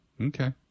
Okay